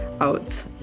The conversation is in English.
out